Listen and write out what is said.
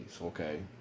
Okay